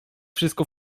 wszystko